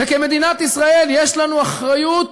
וכמדינת ישראל יש לנו אחריות,